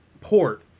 port